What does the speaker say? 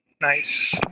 nice